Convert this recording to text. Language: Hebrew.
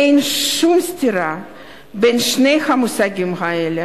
אין שום סתירה בין שני המושגים האלה.